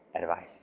advice